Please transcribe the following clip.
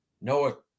Noah